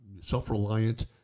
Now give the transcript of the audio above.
self-reliant